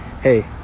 Hey